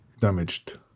Damaged